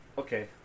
Okay